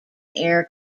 air